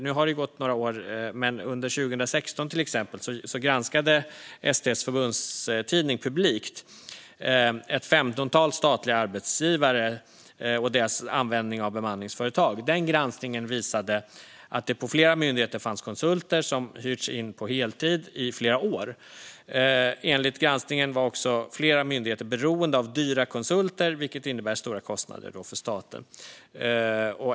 Nu har det gått några år, men till exempel under 2016 granskade ST:s förbundstidning Publikt ett femtontal statliga arbetsgivare och deras användning av bemanningsföretag. Den granskningen visade att det på flera myndigheter fanns konsulter som hyrts in på heltid i flera år. Enligt granskningen var också flera myndigheter beroende av dyra konsulter, vilket innebär stora kostnader för staten.